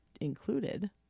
included